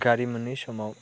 गारि मोनै समाव